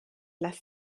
lass